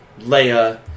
Leia